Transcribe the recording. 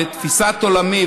בתפיסת עולמי,